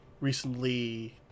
recently